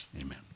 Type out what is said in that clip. Amen